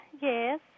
Yes